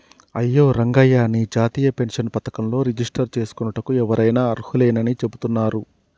అయ్యో రంగయ్య నీ జాతీయ పెన్షన్ పథకంలో రిజిస్టర్ చేసుకోనుటకు ఎవరైనా అర్హులేనని చెబుతున్నారు